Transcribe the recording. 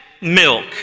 milk